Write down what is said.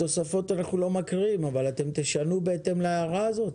את התוספות אנחנו לא מקריאים אבל אתם תשנו בהתאם להערה הזאת?